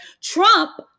trump